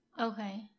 Okay